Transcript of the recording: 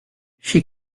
she